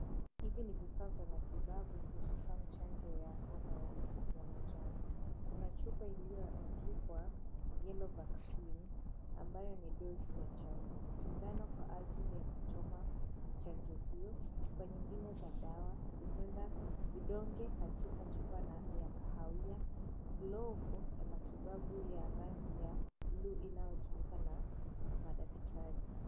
Hivi ni vifaa vya matibabu kuhusu sana chanjo ya homa ya manjano. Kuna chupa iliyoandikwa Yellow Vaccine ambayo ni dozi ya chanjo, sindano kwa ajili ya kuchoma chanjo hio, chupa nyingine za dawa, vidonge katika chupa ya kahawia, glovu ya matibabu ya rangi ya blue inayotumika na madaktari.